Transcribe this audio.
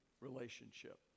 relationship